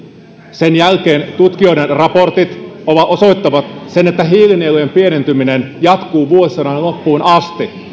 sen jälkeen tutkijoiden raportit osoittavat sen että hiilinielujen pienentyminen jatkuu vuosisadan loppuun asti